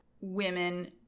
women